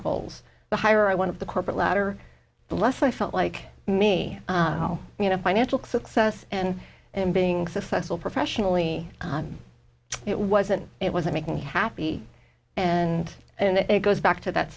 goals the higher i one of the corporate ladder the less i felt like me you know financial success and and being successful professionally it wasn't it wasn't making you happy and it goes back to that